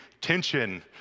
tension